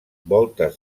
voltes